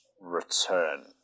return